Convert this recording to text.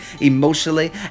emotionally